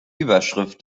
überschrift